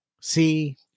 See